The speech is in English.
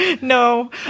No